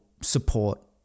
support